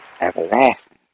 everlasting